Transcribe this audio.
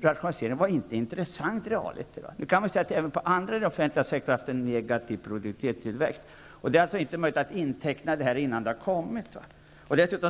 rationaliseringar inte var intressant. Man kan i och för sig säga att även andra delar av den offentliga sektorn har haft en negativ produktivitetstillväxt, och det är inte möjligt att inteckna detta innan det har kommit.